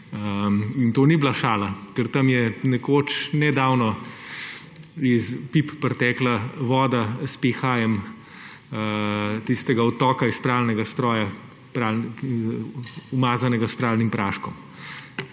In to ni bila šala, ker tam je nekoč, nedavno, iz pip pritekla voda s pH-jem odtoka iz pralnega stroja, umazanega s pralnim praškom.